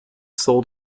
sold